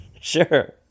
Sure